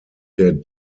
der